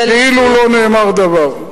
כאילו לא נאמר דבר.